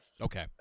Okay